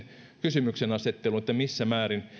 kysymyksenasettelun missä määrin